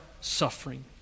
suffering